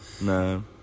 No